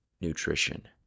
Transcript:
nutrition